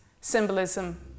symbolism